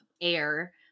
air